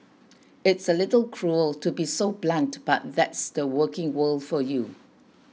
it's a little cruel to be so blunt but that's the working world for you